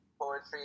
poetry